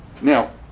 now